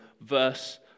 verse